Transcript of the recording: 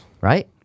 right